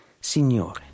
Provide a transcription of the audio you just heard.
Signore